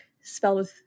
spelled